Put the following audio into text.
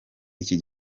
iki